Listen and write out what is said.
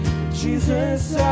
Jesus